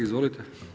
Izvolite.